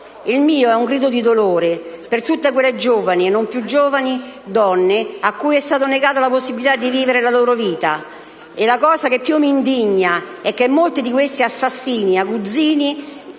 Il mio è un grido di dolore per tutte quelle giovani, e non più giovani, donne a cui è stata negata la possibilità di vivere la loro vita. E la cosa che più mi indigna è che, per molti di questi assassini e aguzzini,